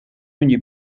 ogni